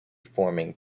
forming